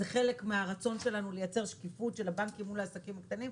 זה חלק מהרצון שלנו לייצר שקיפות של הבנקים מול העסקים הקטנים,